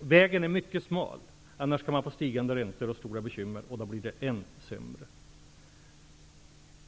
Vägen är mycket smal. Om man inte håller sig till den kan man få stigande räntor och stora bekymmer, och då blir det ännu sämre.